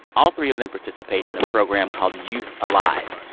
all three of them participate in a program called youth alive!